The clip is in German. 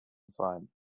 sein